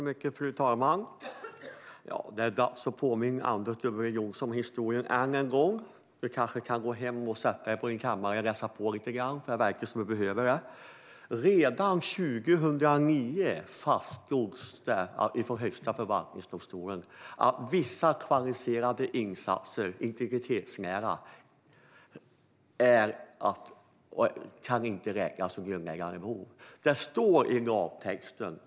Fru talman! Det är dags att påminna Anders W Jonsson om historien än en gång. Du kanske kan gå hem och sätta dig och läsa på lite grann, för det verkar som om du behöver det. Redan 2009 fastslogs av Högsta förvaltningsdomstolen att vissa kvalificerade integritetsnära insatser inte kan räknas som grundläggande behov.